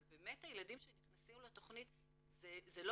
אבל באמת הילדים שנכנסים לתכנית זה לא